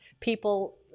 people